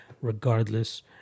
Regardless